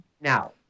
Now